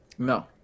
No